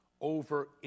over